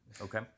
Okay